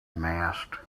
masked